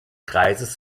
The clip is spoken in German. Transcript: kreises